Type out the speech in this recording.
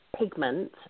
pigment